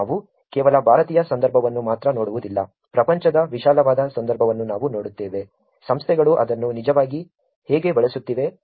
ನಾವು ಕೇವಲ ಭಾರತೀಯ ಸಂದರ್ಭವನ್ನು ಮಾತ್ರ ನೋಡುವುದಿಲ್ಲ ಪ್ರಪಂಚದ ವಿಶಾಲವಾದ ಸಂದರ್ಭವನ್ನು ನಾವು ನೋಡುತ್ತೇವೆ ಸಂಸ್ಥೆಗಳು ಅದನ್ನು ನಿಜವಾಗಿ ಹೇಗೆ ಬಳಸುತ್ತಿವೆ